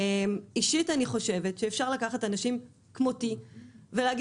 אישית אני חושבת שאפשר לקחת אנשים כמותי ולהגיד